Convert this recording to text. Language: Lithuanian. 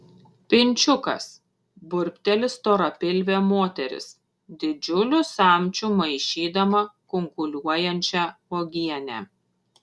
pinčiukas burbteli storapilvė moteris didžiuliu samčiu maišydama kunkuliuojančią uogienę